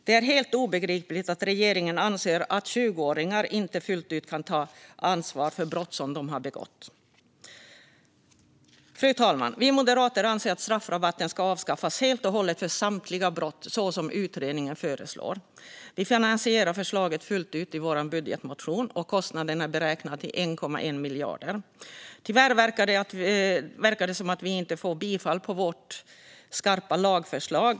Det är helt obegripligt att regeringen anser att 20-åringar inte fullt ut kan ta ansvar för brott som de har begått. Fru talman! Vi moderater anser att straffrabatten ska avskaffas helt och hållet för samtliga brott, så som utredningen föreslår. Vi finansierar förslaget fullt ut i vår budgetmotion. Kostnaden beräknas till 1,1 miljard kronor. Tyvärr verkar det som att vi inte får bifall till vårt skarpa lagförslag.